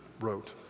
wrote